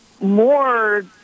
More